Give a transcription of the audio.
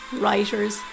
writers